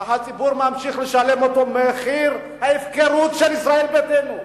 והציבור ממשיך לשלם את מחיר ההפקרות של ישראל ביתנו.